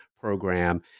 program